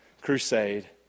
crusade